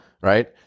right